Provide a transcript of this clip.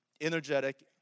energetic